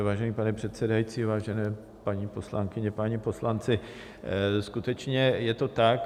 Vážený pane předsedající, vážené paní poslankyně, páni poslanci, skutečně je to tak.